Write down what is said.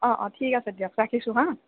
অ অ ঠিক আছে দিয়ক ৰাখিছোঁ হা